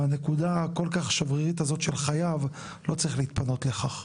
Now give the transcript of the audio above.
לא צריך להתפנות לכך